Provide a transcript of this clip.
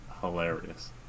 hilarious